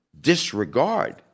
disregard